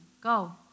Go